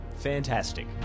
Fantastic